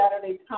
Saturday